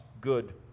good